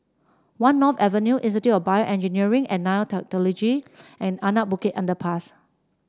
One North Avenue Institute of BioEngineering and and Anak Bukit Underpass